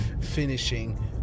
finishing